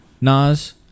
Nas